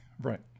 Right